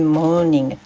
morning